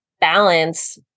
balance